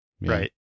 Right